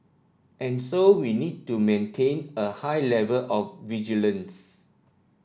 and so we need to maintain a high level of vigilance